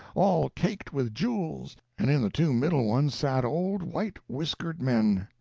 all caked with jewels, and in the two middle ones sat old white-whiskered men,